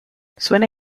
suele